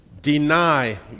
deny